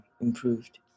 improved